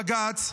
בג"ץ,